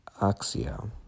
axia